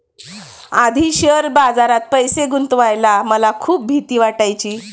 आधी शेअर बाजारात पैसे गुंतवायला मला खूप भीती वाटायची